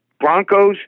Broncos